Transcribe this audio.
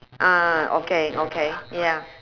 ah okay okay ya